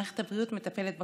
מערכת הבריאות מטפלת בקורונה.